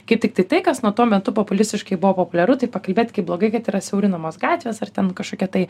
kaip tiktai tai kas nu tuo metu populistiškai buvo populiaru tai pakalbėti kaip blogai kad yra siaurinamos gatvės ar ten kažkokie tai